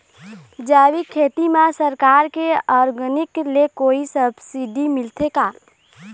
जैविक खेती म सरकार के ऑर्गेनिक ले कोई सब्सिडी मिलथे का?